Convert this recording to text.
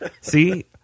See